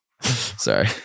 Sorry